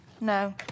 No